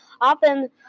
Often